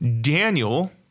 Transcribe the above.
Daniel